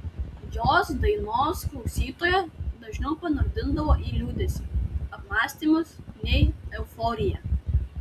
jos dainos klausytoją dažniau panardindavo į liūdesį apmąstymus nei euforiją